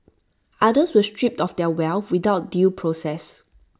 others were stripped of their wealth without due process